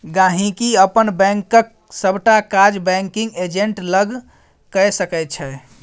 गांहिकी अपन बैंकक सबटा काज बैंकिग एजेंट लग कए सकै छै